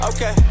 Okay